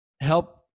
help